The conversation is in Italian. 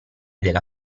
della